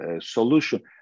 solution